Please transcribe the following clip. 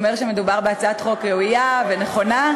שמדובר בהצעת חוק ראויה ונכונה.